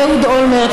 אהוד אולמרט,